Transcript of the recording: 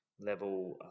level